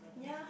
yeah